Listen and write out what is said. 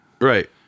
right